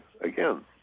again